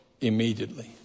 immediately